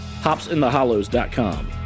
HopsInTheHollows.com